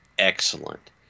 Excellent